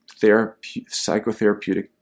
psychotherapeutic